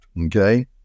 okay